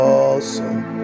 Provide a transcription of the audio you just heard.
awesome